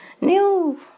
new